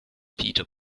peter